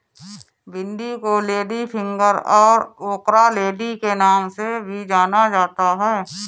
भिन्डी को लेडीफिंगर और ओकरालेडी के नाम से भी जाना जाता है